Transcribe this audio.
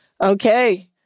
Okay